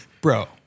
bro